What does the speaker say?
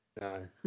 no